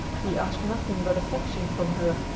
he asked nothing but affection from her,